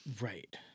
Right